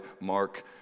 mark